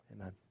amen